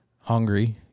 hungry